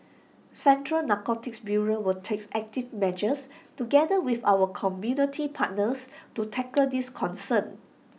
central narcotics bureau will takes active measures together with our community partners to tackle this concern